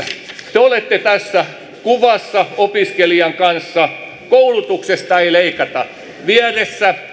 te olette tässä kuvassa opiskelijan kanssa tekstinä koulutuksesta ei leikata vieressä